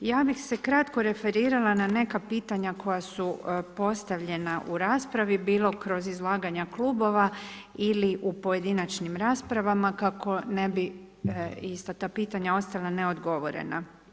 Ja bih se kratko referirala na neka pitanja koja su postavljena u raspravi bilo kroz izlaganja klubova ili u pojedinačnim raspravama kako ne bi ista ta pitanja ostala neodgovorena.